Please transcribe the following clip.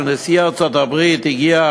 כשנשיא ארצות-הברית הגיע,